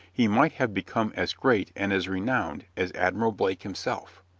he might have become as great and as renowned as admiral blake himself.